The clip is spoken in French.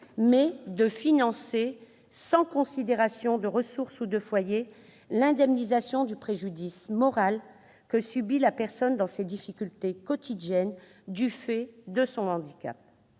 objet de financer, sans considération de ressources ou de foyer, l'indemnisation du « préjudice moral » que subit la personne dans ses difficultés quotidiennes du fait de son handicap.